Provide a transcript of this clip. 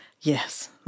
Yes